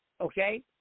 Okay